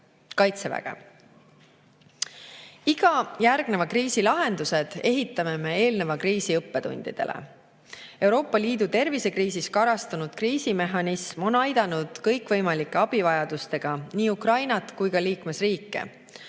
kaitseväge. Iga järgneva kriisi lahendused ehitame eelneva kriisi õppetundidele. Euroopa Liidu tervisekriisis karastunud kriisimehhanism on aidanud kõikvõimalike abivajaduste korral nii Ukrainat kui ka liikmesriike.